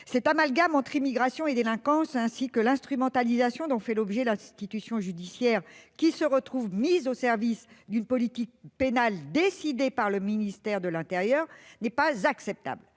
est effectué entre l'immigration et la délinquance et l'instrumentalisation dont fait l'objet l'institution judiciaire, mise au service d'une politique pénale décidée par le ministère de l'intérieur, ne sont pas acceptables.